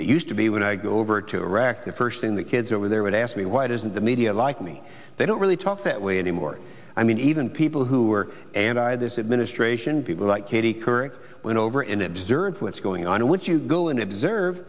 meat used to be when i go over to iraq the first thing the kids over there would ask me why doesn't the media like me they don't really talk that way anymore i mean even people who are and i this administration people like katie couric went over and observed what's going on and what you go and observe